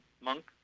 monk